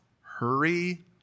hurry